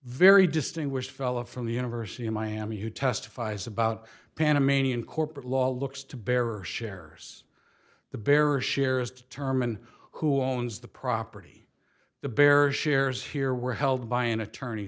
very distinguished fellow from the university of miami who testifies about panamanian corporate law looks to bear or shares the bear or shares determine who owns the property the bear shares here were held by an attorney